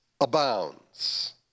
abounds